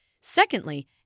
Secondly